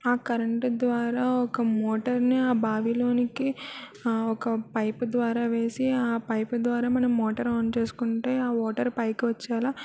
ఆ కరెంటు ద్వారా ఒక మోటర్ని ఆ బావిలోనికి ఒక పైపు ద్వారా వేసి ఆ పైప్ ద్వారా మనం మోటర్ ఆన్ చేసుకుంటే ఆ వాటర్ పైకి వచ్చేలా